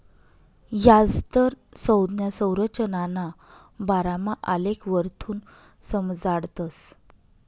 याजदर संज्ञा संरचनाना बारामा आलेखवरथून समजाडतस